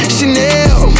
Chanel